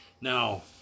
Now